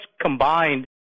combined